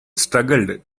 struggled